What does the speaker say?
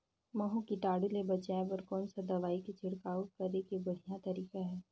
महू कीटाणु ले बचाय बर कोन सा दवाई के छिड़काव करे के बढ़िया तरीका हे?